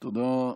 תודה.